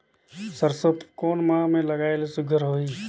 सरसो कोन माह मे लगाय ले सुघ्घर होही?